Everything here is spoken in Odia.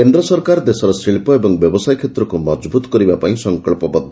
କେନ୍ଦ୍ର ସରକାର ଦେଶର ଶିଳ୍ପ ଓ ବ୍ୟବସାୟ କ୍ଷେତ୍ରକୁ ମଜବୁତ କରିବା ପାଇଁ ସଂକଳ୍ପବଦ୍ଧ